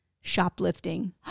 shoplifting